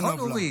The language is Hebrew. נכון, אורי?